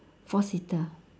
four seater